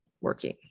working